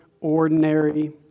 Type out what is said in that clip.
ordinary